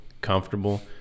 comfortable